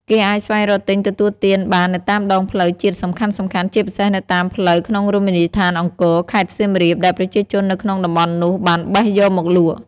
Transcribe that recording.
គេអាចស្វែងរកទិញទទួលទានបាននៅតាមដងផ្លូវជាតិសំខាន់ៗ ជាពិសេសនៅតាមផ្លូវក្នុងរមណីយដ្ឋានអង្គរ ខេត្តសៀមរាប ដែលប្រជាជននៅក្នុងតំបន់នោះបានបេះយកមកលក់ ។